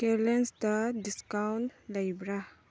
ꯀꯦꯔꯂꯦꯟꯁꯇ discount ꯂꯩꯕ꯭ꯔꯥ